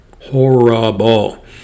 horrible